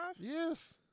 Yes